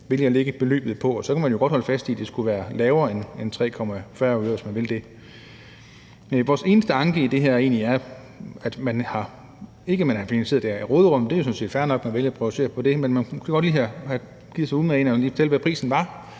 man skal lægge beløbet, og så kan man jo godt holde fast i, at det skal være lavere end 3,40 øre, hvis man vil det. Vores eneste anke i det her er egentlig ikke, at man har finansieret det af råderummet, for det er sådan set fair nok, at man vælger at finansiere det på den måde, men man kunne godt lige have gjort sig den umage at fortælle, hvad prisen var,